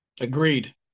Agreed